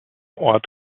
ort